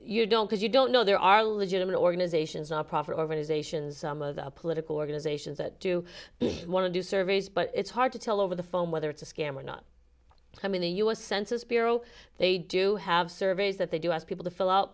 you don't because you don't know there are legitimate organizations not profit organizations some of the political organizations that do want to do surveys but it's hard to tell over the phone whether it's a scam or not i mean the u s census bureau they do have surveys that they do ask people to fill out